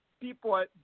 people